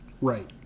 Right